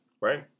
Right